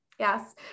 Yes